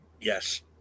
Yes